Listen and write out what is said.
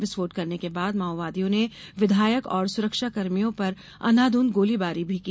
विस्फोट करने के बाद माओवादियों ने विधायक और सुरक्षाकर्मियों पर अंधाधुंध गोलाबारी भी की